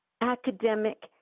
academic